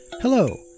Hello